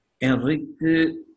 Enrique